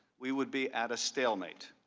we would be at a stalemate.